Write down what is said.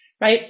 right